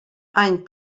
any